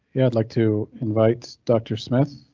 yeah, i'd like to invite dr smith.